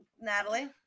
Natalie